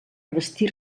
vestir